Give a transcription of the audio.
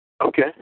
Okay